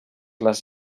les